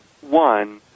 one